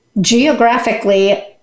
geographically